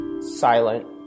silent